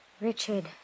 Richard